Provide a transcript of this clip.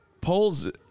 polls –